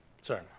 sorry